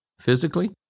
physically